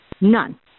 none